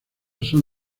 son